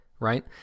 right